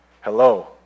Hello